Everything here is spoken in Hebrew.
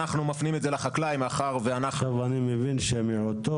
אנחנו מפנים את זה לחקלאי מאחר ואנחנו --- אני מבין שמיעוטו